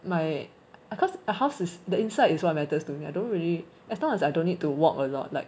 my um cause the house the inside is what matters to me I don't really as long as I don't need to walk a lot like